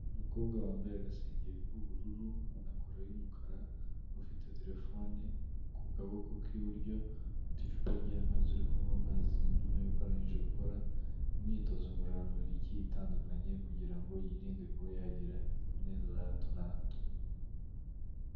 Umukobwa wambaye agasengeri k'ubururu na kora y'umukara, ufite telefone ku kaboko k'iburyo, ufite icupa ry'amazi, uri kunywa amazi nyuma yuko arangije gukora imyitozo ngororamubiri igiye itandukanye kugira ngo yirinde kuba yagira imvune za hato na hato.